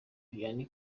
vianney